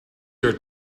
your